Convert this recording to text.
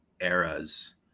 eras